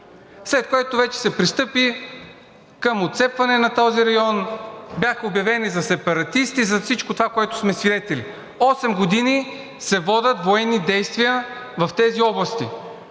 след което вече се пристъпи към отцепване на този район и бяха обявени за сепаратисти и за всичко това, на което сме свидетели – осем години се водят военни действия в тези области.